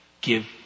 Give